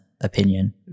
opinion